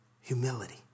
Humility